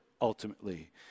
ultimately